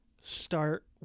start